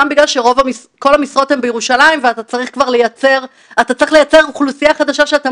גם בגלל שכל המשרות הן בירושלים ואתה צריך לייצר אוכלוסייה חדשה שאתה